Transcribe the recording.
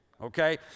okay